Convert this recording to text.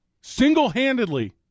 single-handedly